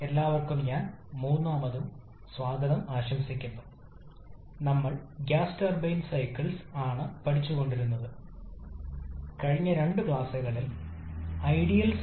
എല്ലാവർക്കും സുപ്രഭാതം അതിനാൽ നിങ്ങൾ ഗ്യാസ് ടർബൈൻ സൈക്കിളുകളെക്കുറിച്ച് സംസാരിക്കുന്ന ആറാമത്തെ ആഴ്ചയിലെ രണ്ടാമത്തെ പ്രഭാഷണത്തിലേക്ക് നിങ്ങൾ പ്രവേശിക്കുന്നു